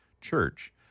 church